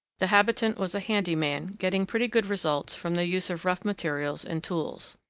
the habitant was a handy man, getting pretty good results from the use of rough material and tools.